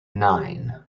nine